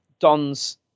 dons